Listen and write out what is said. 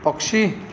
पक्षी